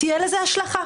תהיה לזה השלכה,